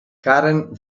karen